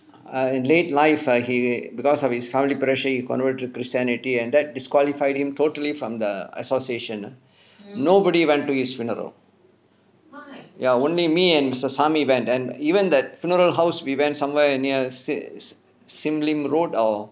err late life ah he because of his currently pressure he convert to christianity and that disqualified him totally from the association ah nobody went to his funeral ya only me and sa~ samy went and even that funeral house we went somewhere near sa~ sim lim road ah